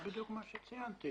בדיוק מה שציינתי.